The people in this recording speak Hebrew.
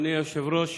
אדוני היושב-ראש,